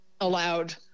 allowed